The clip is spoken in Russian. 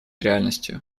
реальностью